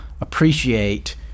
appreciate